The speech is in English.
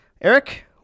Eric